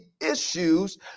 issues